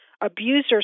abusers